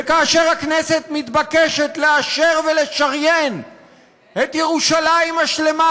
וכאשר הכנסת מתבקשת לאשר ולשריין את ירושלים השלמה,